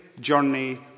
journey